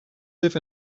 live